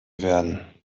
werden